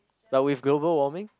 but with global warming